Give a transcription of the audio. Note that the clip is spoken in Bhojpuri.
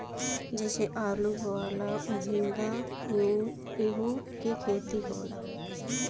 जइसे आलू बोआला ओहिंगा एहू के खेती होला